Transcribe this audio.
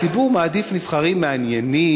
הציבור מעדיף נבחרים מעניינים,